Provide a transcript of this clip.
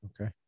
okay